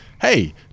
hey